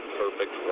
perfect